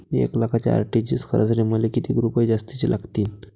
एक लाखाचे आर.टी.जी.एस करासाठी मले कितीक रुपये जास्तीचे लागतीनं?